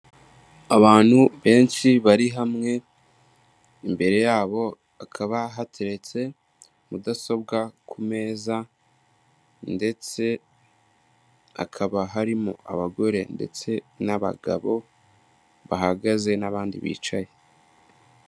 Abantu benshi bari hamwe imbere yabo hakaba hateretse mudasobwa ku meza ndetse hakaba harimo abagore ndetse n'abagabo bahagaze n'abandi bicaye.